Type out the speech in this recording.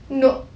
no